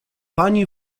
pani